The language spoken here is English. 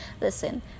Listen